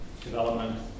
development